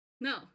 No